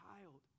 child